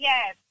Yes